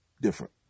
different